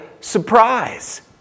surprise